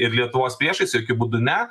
ir lietuvos priešais jokiu būdu ne